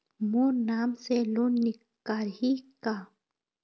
मोर नाम से लोन निकारिही का?